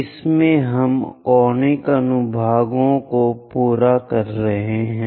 इसमें हम कॉनिक अनुभागों को पूरा कर रहे हैं